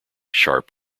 sharp